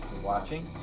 watching?